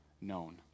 known